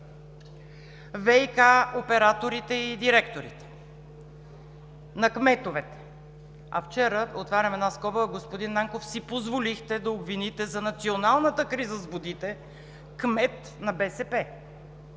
ВиК операторите и директорите, на кметовете. Отварям една скоба: вчера, господин Нанков, си позволихте да обвините за националната криза с водите кмет на БСП.